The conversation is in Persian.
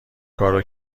کارو